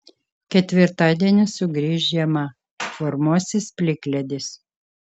ketvirtadienį sugrįš žiema formuosis plikledis